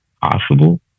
possible